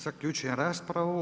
Zaključujem raspravu.